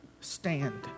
stand